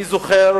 אני זוכר